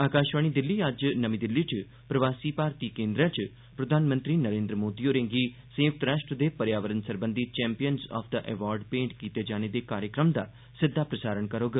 आकाशवाणी दिल्ली अज्ज नमीं दिलली च प्रवासी भारती केन्द्रै च प्रधानमंत्री नरेन्द्र मोदी होरें'गी संयुक्त राष्ट्र दे प्यावरण सरबंधी champions of the earth award भेंट कीते जाने दे कार्यक्रम दा सिद्दा प्रसारण करोग